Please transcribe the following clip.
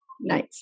nice